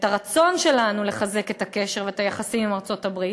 את הרצון שלנו לחזק את הקשר ואת היחסים עם ארצות-הברית.